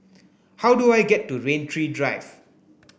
how do I get to Rain Tree Drive